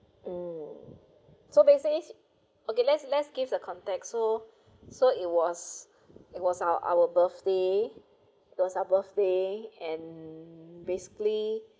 mm so basic okay let's let's gives a context so so it was it was our our birthday it was our birthday and basically